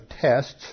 tests